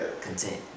content